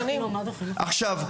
עכשיו,